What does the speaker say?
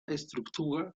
estructura